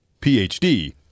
PhD